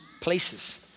places